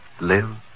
Live